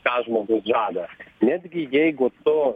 tas žmogus žada netgi jeigu tu